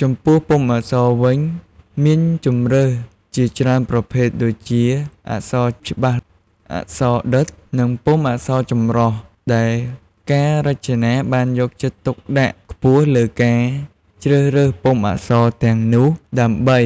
ចំពោះពុម្ពអក្សរវិញ មានជម្រើសជាច្រើនប្រភេទដូចជា អក្សរច្បាស់ អក្សរដិត និងពុម្ពអក្សរចម្រុះ ដែលការរចនាបានយកចិត្តទុកដាក់ខ្ពស់លើការជ្រើសរើសពុម្ពអក្សរទាំងនោះ ដើម្បី